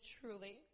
truly